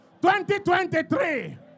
2023